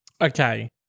Okay